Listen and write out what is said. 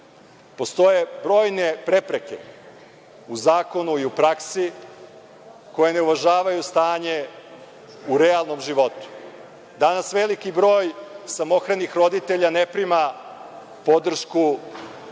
postoje brojne prepreke u zakonu i u praksi koje ne uvažavaju stanje u realnom životu. Danas veliki broj samohranih roditelja ne prima podršku